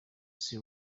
sri